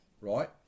right